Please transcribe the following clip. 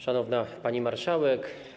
Szanowna Pani Marszałek!